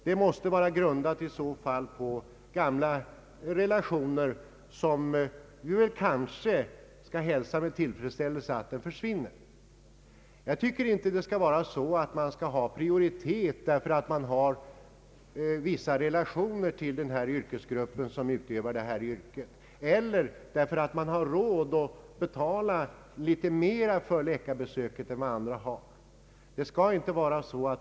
Det måste i så fall bero på gamla relationer, och vi kanske skall hälsa med tillfredsställelse att de försvinner. Jag tyc ker inte att man skall ha prioritet därför att man har vissa relationer till den grupp som utövar detta yrke eller därför att man har råd att betala litet mer för läkarbesöket än vad andra har.